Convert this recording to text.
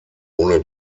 ohne